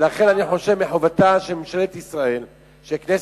כיוון שהחברה בישראל חשופה לסכנה.